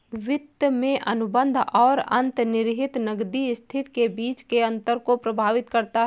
वित्त में अनुबंध और अंतर्निहित नकदी स्थिति के बीच के अंतर को प्रभावित करता है